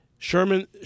Sherman